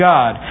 God